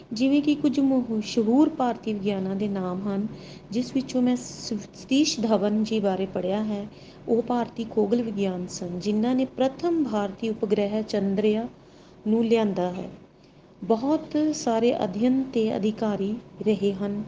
ਜਿਵੇਂ ਕਿ ਕੁਝ ਮਸ਼ਹੂਰ ਭਾਰਤੀ ਵਿਗਿਆਨਾਂ ਦੇ ਨਾਮ ਹਨ ਜਿਸ ਵਿੱਚੋਂ ਮੈਂ ਸ ਸਤੀਸ਼ ਧਵਨ ਜੀ ਬਾਰੇ ਪੜ੍ਹਿਆ ਹੈ ਉਹ ਭਾਰਤੀ ਖਗੋਲ ਵਿਗਿਆਨੀ ਸਨ ਜਿਹਨਾਂ ਨੇ ਪ੍ਰਥਮ ਭਾਰਤੀ ਉਪਗ੍ਰਹਿ ਚੰਦਰਿਆ ਨੂੰ ਲਿਆਂਦਾ ਹੈ ਬਹੁਤ ਸਾਰੇ ਅਧਿਅਨ ਅਤੇ ਅਧਿਕਾਰੀ ਰਹੇ ਹਨ